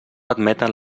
admeten